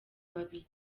babiri